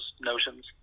notions